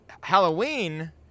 Halloween